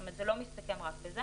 זאת אומרת שזה לא מסתכם רק בזה.